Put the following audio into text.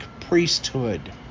priesthood